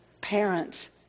parent